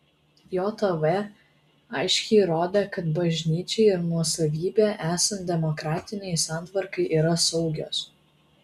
jav aiškiai rodė kad bažnyčia ir nuosavybė esant demokratinei santvarkai yra saugios